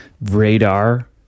radar